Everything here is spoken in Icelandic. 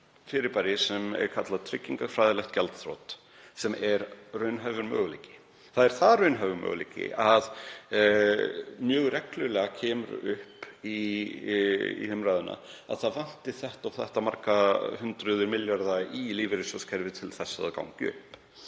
fyrirbæri sem er kallað tryggingafræðilegt gjaldþrot sem er raunhæfur möguleiki. Það er það raunhæfur möguleiki að mjög reglulega kemur upp í umræðunni að það vanti svo og svo mörg hundruð milljarða í lífeyrissjóðakerfið til að það gangi upp.